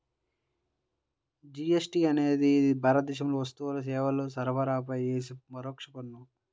GST అనేది భారతదేశంలో వస్తువులు, సేవల సరఫరాపై యేసే పరోక్ష పన్ను